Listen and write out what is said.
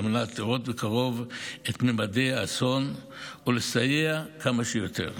על מנת לראות מקרוב את ממדי האסון ולסייע כמה שיותר.